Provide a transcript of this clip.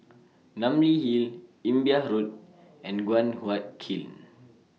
Namly Hill Imbiah Road and Guan Huat Kiln